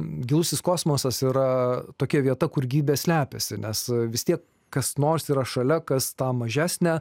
gilusis kosmosas yra tokia vieta kur gyvybė slepiasi nes vis tiek kas nors yra šalia kas tą mažesnę